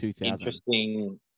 interesting